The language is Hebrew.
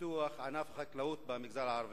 לפיתוח ענף החקלאות במגזר הערבי.